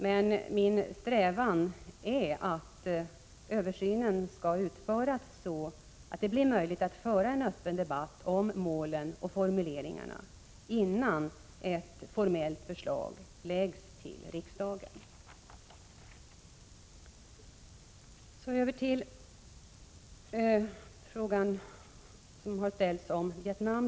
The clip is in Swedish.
Men min strävan är att översynen skall utformas så att det blir möjligt att föra en öppen debatt om målen och formuleringarna innan ett formellt förslag framläggs för riksdagen. Så över till den fråga som har ställts om Vietnam.